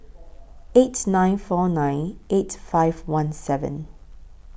eight nine four nine eight five one seven